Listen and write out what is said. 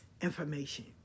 information